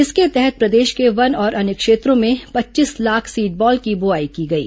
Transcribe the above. इसके तहत प्रदेश के वन और अन्य क्षेत्रों में पच्चीस लाख सीड बॉल की बोआई की गई